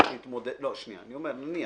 אני אומר נניח,